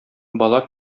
бала